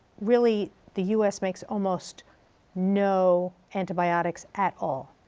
really, the us makes almost no antibiotics at all.